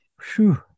Phew